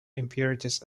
impurities